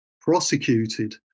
prosecuted